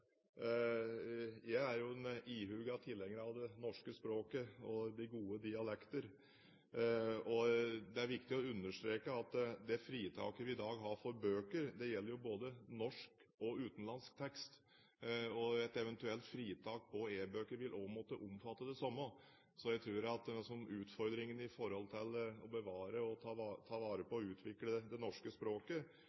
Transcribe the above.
jo er en ihuga tilhenger av det norske språket og de gode dialekter, og det er viktig å understreke at det fritaket vi i dag har for bøker, gjelder både norsk og utenlandsk tekst. Et eventuelt fritak på e-bøker vil også måtte omfatte det samme. Så jeg tror at utfordringen med å bevare og ta vare på